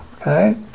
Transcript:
okay